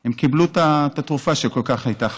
הם קיבלו את התרופה שכל כך הייתה חשובה.